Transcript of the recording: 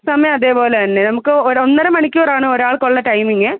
സമയമതെ പോലെ തന്നെ നമുക്ക് ഒരു ഒന്നര മണിക്കൂറാണ് ഒരാൾക്കുള്ള ടൈമിങ്